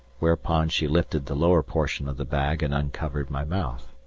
whereupon she lifted the lower portion of the bag and uncovered my mouth.